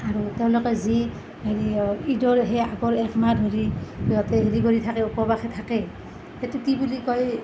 আৰু তেওঁলোকে যি হেৰি ঈদৰ সেই আগৰ একমাহ ধৰি সিহঁতে হেৰি কৰি থাকে উপবাসে থাকে সেইটো কি বুলি কয়